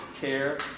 care